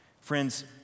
Friends